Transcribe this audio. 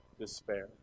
despair